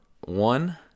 one